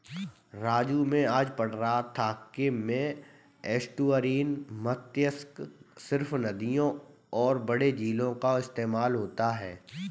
राजू मैं आज पढ़ रहा था कि में एस्टुअरीन मत्स्य सिर्फ नदियों और बड़े झीलों का इस्तेमाल होता है